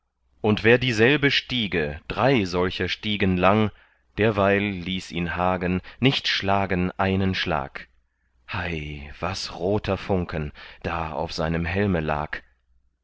und wär dieselbe stiege drei solcher stiegen lang derweil ließ ihn hagen nicht schlagen einen schlag hei was roter funken da auf seinem helme lag